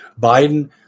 Biden